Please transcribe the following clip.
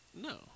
no